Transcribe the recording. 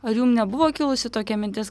ar jum nebuvo kilusi tokia mintis